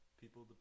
people